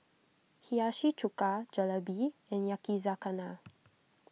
Hiyashi Chuka Jalebi and Yakizakana